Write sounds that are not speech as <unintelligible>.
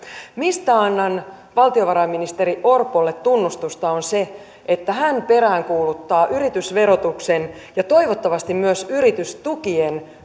mistä annan valtiovarainministeri orpolle tunnustusta on se että hän peräänkuuluttaa yritysverotuksen ja toivottavasti myös yritystukien <unintelligible>